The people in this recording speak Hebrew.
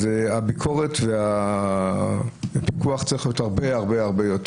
אז הביקורת והפיקוח צריך להיות הרבה יותר.